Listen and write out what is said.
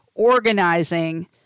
organizing